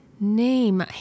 name